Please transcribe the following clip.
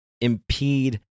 impede